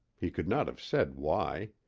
he could not have said why.